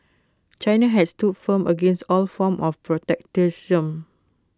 China has stood firm against all forms of protectionism